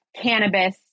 cannabis